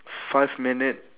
five minute